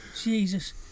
Jesus